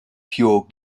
pure